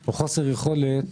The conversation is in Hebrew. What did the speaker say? או חוסר יכולת